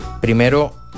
Primero